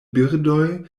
birdoj